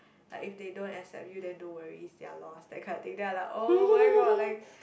like if they don't accept you then don't worry it's their loss that kind of thing then I'm like oh-my-god like